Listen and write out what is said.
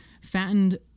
fattened